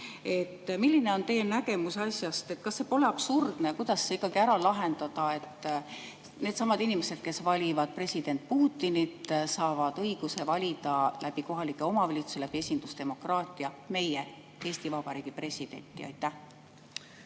Milline on teie nägemus asjast? Kas see pole absurdne? Kuidas see ikkagi ära lahendada, et needsamad inimesed, kes valivad president Putinit, saavad õiguse valida läbi kohalike omavalitsuste, läbi esindusdemokraatia meie, Eesti Vabariigi presidenti? Suur